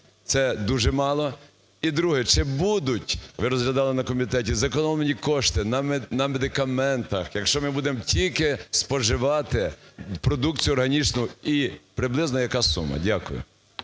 це дуже мало. І друге. Чи будуть (ви розглядали на комітеті) зекономлені кошти на медикаментах, якщо ми будемо тільки споживати продукцію органічну, і приблизно яка сума? Дякую.